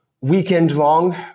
weekend-long